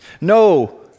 No